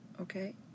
okay